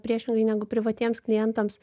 priešingai negu privatiems klientams